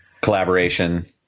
Collaboration